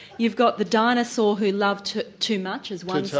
you've got the dinosaur who loved too too much is one so